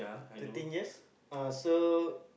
thirteen years uh so